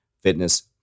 fitness